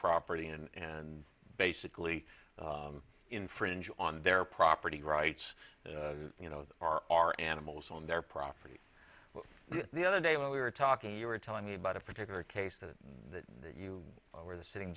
property in and basically infringe on their property rights you know our our animals on their property the other day when we were talking you were telling me about a particular case that that you were the sitting